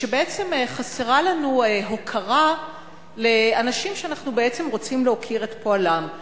ושבעצם חסרה אצלנו הוקרה לאנשים שאנחנו בעצם רוצים להוקיר את פועלם.